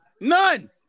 None